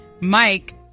Mike